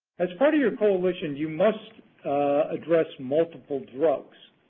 as part of your coalition, you must address multiple drugs.